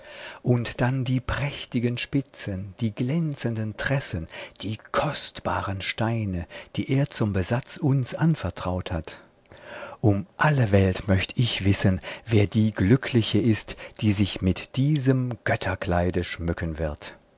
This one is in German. und dann die prächtigen spitzen die glänzenden tressen die kostbaren steine die er zum besatz uns anvertraut hat um alle welt möcht ich wissen wer die glückliche ist die sich mit diesem götterkleide schmücken wird